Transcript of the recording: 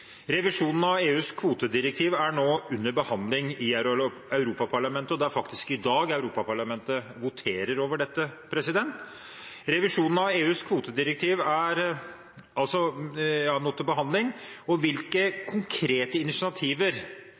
Revisjonen av EUs kvotedirektiv er nå under behandling i Europaparlamentet.» – Det er faktisk i dag Europaparlamentet voterer over dette.